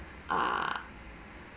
ah